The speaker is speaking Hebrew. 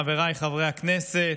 חבריי חברי הכנסת,